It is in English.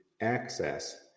access